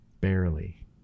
Barely